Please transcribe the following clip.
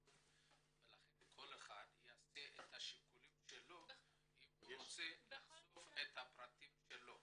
ולכן כל אחד יעשה את השיקולים שלו אם הוא רוצה לחשוף את פרטיו.